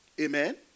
Amen